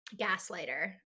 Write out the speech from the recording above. gaslighter